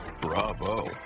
Bravo